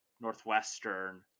Northwestern